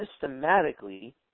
systematically